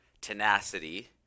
tenacity